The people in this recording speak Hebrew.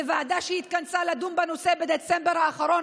בוועדה שהתכנסה לדון בנושא בדצמבר האחרון